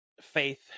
faith